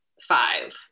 five